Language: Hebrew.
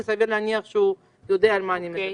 כי סביר להניח שהוא יודע על מה אני מדברת.